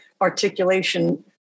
articulation